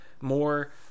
more